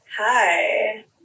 Hi